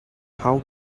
how